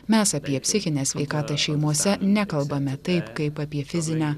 mes apie psichinę sveikatą šeimose nekalbame taip kaip apie fizinę